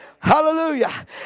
Hallelujah